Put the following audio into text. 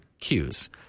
cues